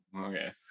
okay